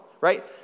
right